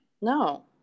No